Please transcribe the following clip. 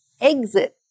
exit